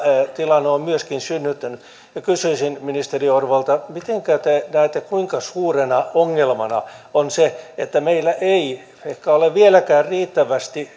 tilanne on myöskin synnyttänyt kysyisin ministeri orpolta mitenkä näette ja kuinka suurena ongelmana sen että meillä ei olla ehkä vieläkään riittävästi